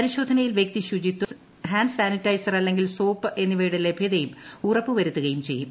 പരിശോധനയിൽ വ്യക്തി ശുചിത്വം ഹാന്റ് സാനിറ്റൈസർ അല്ലെങ്കിൽ സോപ്പ് എന്നിവയുടെ ലഭ്യതയും ഉറപ്പ് വരുത്തുകയും ചെയ്യും